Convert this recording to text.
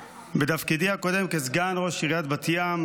בתפקידי הקודם כסגן ראש עיריית בת ים